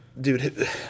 dude